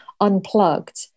unplugged